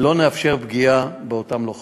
ולא נאפשר פגיעה באותם לוחמים.